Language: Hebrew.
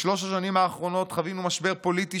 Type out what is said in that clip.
בשלוש השנים האחרונות חווינו משבר פוליטי